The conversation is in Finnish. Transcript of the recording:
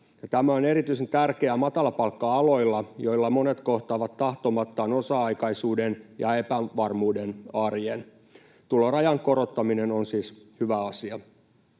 Tämä on erityisen tärkeää matalapalkka-aloilla, joilla monet kohtaavat tahtomattaan osa-aikaisuuden ja epävarmuuden arjen. Tulorajan korottaminen on siis hyvä asia.